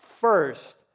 First